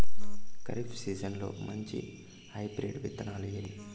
ఖరీఫ్ సీజన్లలో మంచి హైబ్రిడ్ విత్తనాలు ఏవి